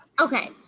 okay